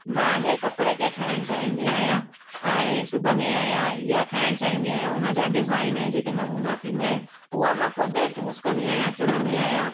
मां जे कपिड़े खे ठाहिण चाहिंदी आहियां ऐं सिबंदी आहियां ऐं ठाहिण चाहिंदी आहियां उन जा डिजाइन ऐं जेके नमूना थींदा आहिनि हूअ मां खुदि चूस कंदी आहियां चुन्नंदी आहियां